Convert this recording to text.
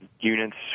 Units